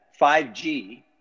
5G